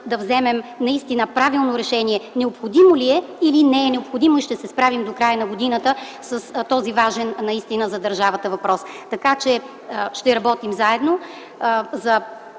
да вземем правилно решение необходимо ли е или не е необходимо и ще се справим до края на годината с този важен наистина за държавата въпрос. Така че ще работим заедно